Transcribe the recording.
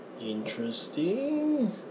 interesting